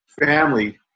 family